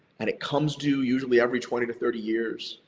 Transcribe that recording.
and it comes due usually every twenty to thirty years.